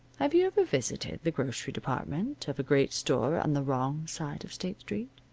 have you ever visited the grocery department of a great store on the wrong side of state street?